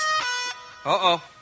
Uh-oh